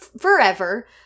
forever